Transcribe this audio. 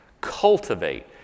Cultivate